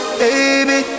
baby